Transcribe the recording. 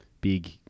big